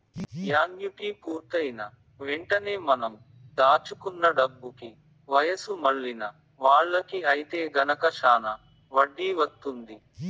annuity పూర్తయిన వెంటనే మనం దాచుకున్న డబ్బుకి వయసు మళ్ళిన వాళ్ళకి ఐతే గనక శానా వడ్డీ వత్తుంది